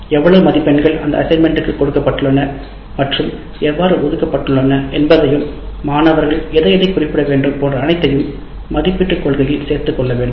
எவ்வளவு மதிப்பெண்கள் அந்த அசைன்மென்ட் கொடுக்கப்பட்டுள்ளன மற்றும் எவ்வாறு ஒதுக்கப்பட்டுள்ளன என்பதையும் மாணவர்கள் எதை எதை குறிப்பிடவேண்டும் போன்ற அனைத்தையும் மதிப்பீட்டு கொள்கையில் சேர்த்துக் கொள்ள வேண்டும்